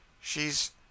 She's